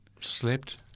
Slept